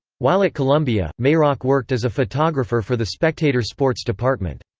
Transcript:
while at columbia, mayrock worked as a photographer for the spectator sports department.